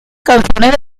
canciones